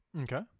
Okay